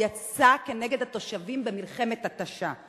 יצאה כנגד התושבים במלחמת התשה.